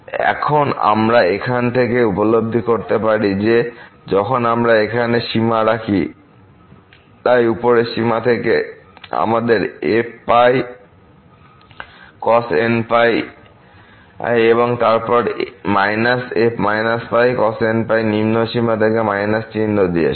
এবং এখন আমরা এখানে উপলব্ধি করতে পারি যে যখন আমরা এখানে সীমা রাখি তাই উপরের সীমা থেকে আমাদের f π cosnπ এবং তারপর f π cosnπ নিম্ন সীমা থেকে − চিহ্ন দিয়ে